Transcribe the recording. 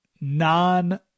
non